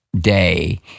Day